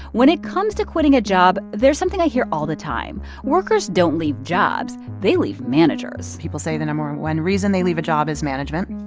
when it comes to quitting a job, there's something i hear all the time. workers don't leave jobs, they leave managers people say the number and one reason they leave a job is management.